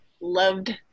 loved